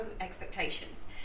expectations